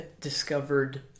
discovered